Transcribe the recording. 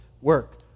work